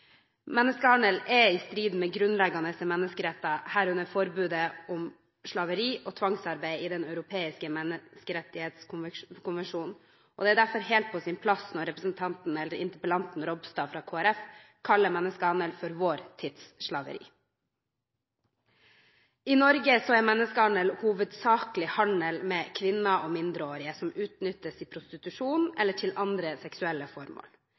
Menneskehandel er i strid med grunnleggende menneskerettigheter, herunder forbudet mot slaveri og tvangsarbeid i henhold til Den europeiske menneskerettskonvensjon. Det er derfor helt på sin plass at interpellanten Ropstad fra Kristelig Folkeparti kaller menneskehandel for vår tids slaveri. I Norge er menneskehandel hovedsakelig handel med kvinner og mindreårige som utnyttes til prostitusjon eller til andre seksuelle formål,